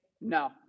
no